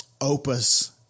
opus